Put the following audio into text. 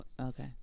Okay